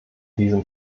diesem